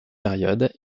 période